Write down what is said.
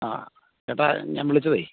ആ ഏട്ടാ ഞാൻ വിളിച്ചതേ